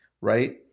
right